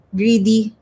greedy